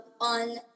on